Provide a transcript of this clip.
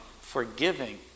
forgiving